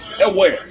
aware